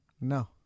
No